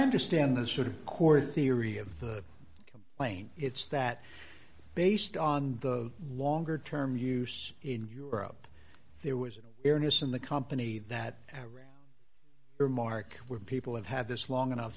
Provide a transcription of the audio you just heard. understand the sort of course theory of the plane it's that based on the longer term use in europe there was an erroneous in the company that remark where people have had this long enough